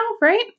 right